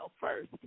first